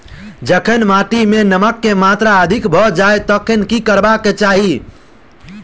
जखन माटि मे नमक कऽ मात्रा अधिक भऽ जाय तऽ की करबाक चाहि?